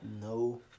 no